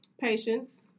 patients